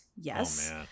Yes